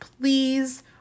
please